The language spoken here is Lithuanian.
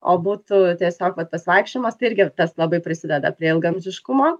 o būtų tiesiog va tas vaikščiojimas tai irgi tas labai prisideda prie ilgaamžiškumo